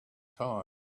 time